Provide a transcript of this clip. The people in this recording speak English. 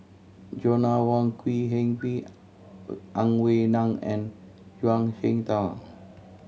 Joanna Wong Quee Heng Ang Wei Neng and Zhuang Shengtao